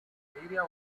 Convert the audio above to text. area